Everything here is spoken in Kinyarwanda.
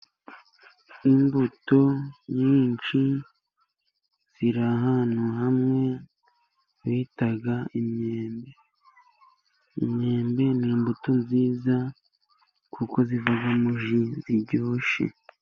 Imbuto nyinshi ziri ahantu hamwe bita imyembe. Imyembe ni imbuto nziza kuko zivamo ji ziryoshye.